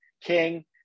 King